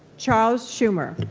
charles schumer.